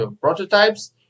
prototypes